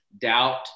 doubt